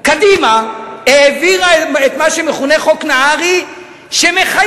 קדימה העבירה את מה שמכונה חוק נהרי שמחייב